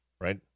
right